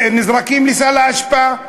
נזרקים לסל האשפה,